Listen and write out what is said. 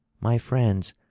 my friends,